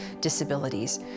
disabilities